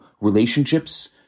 relationships